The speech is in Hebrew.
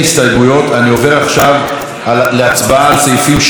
אני עובר עכשיו להצבעה על סעיפים 3 6,